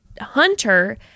Hunter